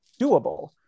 doable